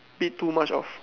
bit too much of